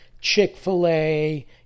Chick-fil-A